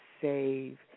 save